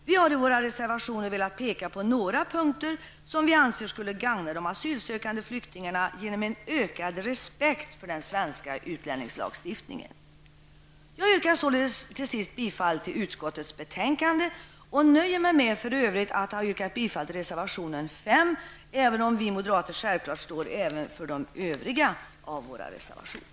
Vi har i våra reservationer velat peka på några punkter som vi anser skulle gagna de asylsökande flyktingarna och ge en ökad respekt för den svenska utlänningslagstiftningen. Jag yrkar således till sist bifall till hemställan i utskottets betänkande och nöjer mig med att ha yrkat bifall till reservation 5, även om vi moderater självfallet står för även de övriga av våra reservationer.